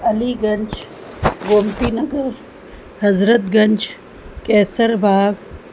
Aliganj Gomtinagar Hazratganj Kaiserbagh